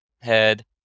head